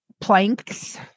planks